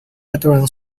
veteran